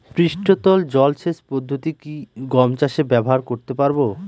পৃষ্ঠতল জলসেচ পদ্ধতি কি গম চাষে ব্যবহার করতে পারব?